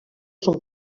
són